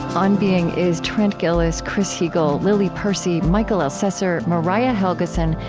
on being is trent gilliss, chris heagle, lily percy, mikel elcessor, mariah helgeson,